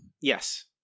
Yes